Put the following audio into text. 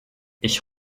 ich